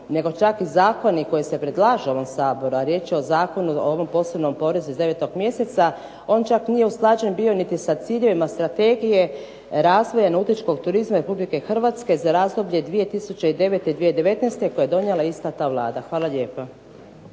nego čak zakoni koji se predlažu ovom Saboru, a riječ je o Zakonu o ovom posebnom porezu iz 9. mjeseca, on čak nije usklađen bio niti sa ciljevima Strategije razvoja nautičkog turizma Republike Hrvatske za razdoblje 2009.-2019. koje je donijela ista ta Vlada. Hvala lijepa.